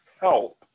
help